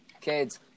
kids